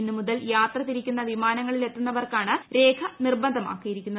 ഇന്നുമുതൽ യാത്ര തിരിക്കുന്ന വിമാനങ്ങളിൽ എത്തുന്നവർക്കാണ് രേഖ നിർബന്ധമാക്കിയിരുന്നത്